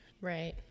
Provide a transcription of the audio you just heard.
Right